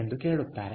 ಎಂದು ಕೇಳುತ್ತಾರೆ